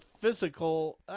physical